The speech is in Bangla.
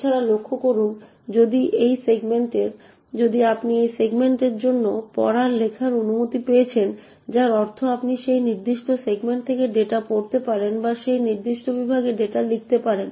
এছাড়াও লক্ষ্য করুন যে আপনি এই সেগমেন্টের জন্য পড়ার লেখার অনুমতি পেয়েছেন যার অর্থ আপনি সেই নির্দিষ্ট সেগমেন্ট থেকে ডেটা পড়তে পারেন বা সেই নির্দিষ্ট বিভাগে ডেটা লিখতে পারেন